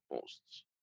posts